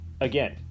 again